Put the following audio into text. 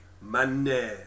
money